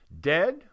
Dead